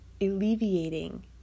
alleviating